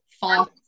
false